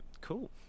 cool